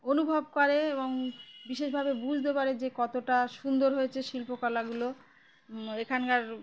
অনুভব করে এবং বিশেষভাবে বুঝতে পারে যে কতটা সুন্দর হয়েছে শিল্পকলাগুলো এখানকার